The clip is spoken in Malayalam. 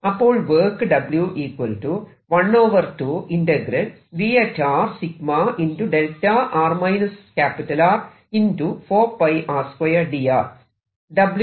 അപ്പോൾ വർക്ക് എന്നാൽ 𝜎